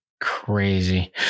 Crazy